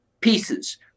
pieces